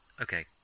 Okay